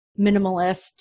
minimalist